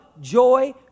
joy